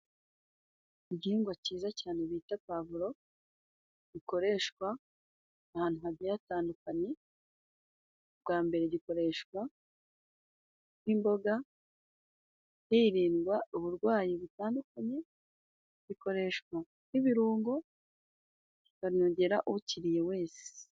Igihingwa ciza cyane bita pavuro gikoreshwa ahantu hagiye hatandukanye ,bwa mbere gikoreshwa nk'imboga hirindwa uburwayi butandukanye bikoreshwa nk'ibirungo bikanogera ukiriye wese.